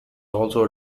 also